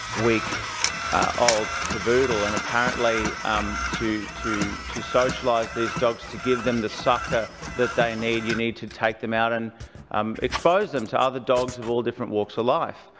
week old cavoodle, and apparently um to to socialise these dogs, to give them the succour that they need, you need to take them out and um expose them to other dogs of all different walks of life.